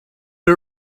but